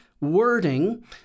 wording